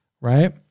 right